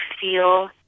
feel